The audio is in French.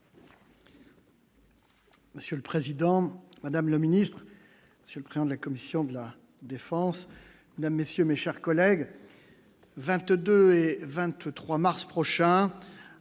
Monsieur le Président, Madame le Ministre, monsieur le président de la commission de la défense, messieurs, mes chers collègues, 22 et 23 mars prochain